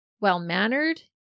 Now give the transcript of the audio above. well-mannered